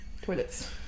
Toilets